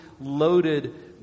loaded